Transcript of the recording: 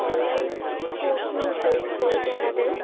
online প্রচুর help করেছে আমাদের